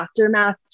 aftermath